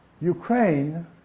Ukraine